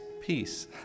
peace